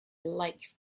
lake